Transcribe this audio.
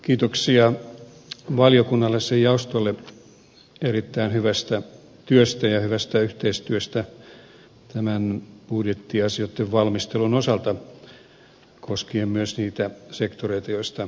kiitoksia valiokunnalle sen jaostolle erittäin hyvästä työstä ja hyvästä yhteistyöstä budjettiasioitten valmistelun osalta koskien myös niitä sektoreita joista vastaan